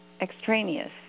extraneous